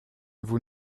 vous